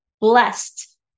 blessed